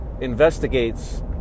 investigates